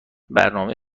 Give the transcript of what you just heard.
برنامه